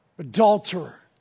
adulterer